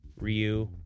Ryu